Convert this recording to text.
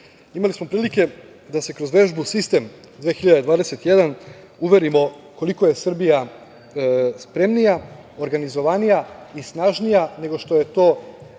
smo prilike da se kroz vežbu „Sistem 2021“ uverimo koliko je Srbija spremnija, organizovanija i snažnija, nego što je to,